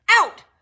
Out